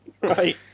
right